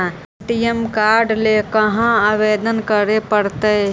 ATM card ल कहा आवेदन करे पड़तै?